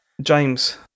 James